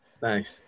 Thanks